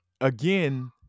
again